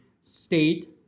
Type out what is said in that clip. State